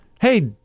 hey